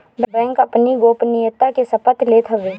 bank अपनी गोपनीयता के शपथ लेत हवे